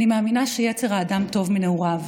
אני מאמינה שיצר האדם טוב מנעוריו